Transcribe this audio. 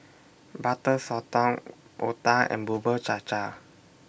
Butter Sotong Otah and Bubur Cha Cha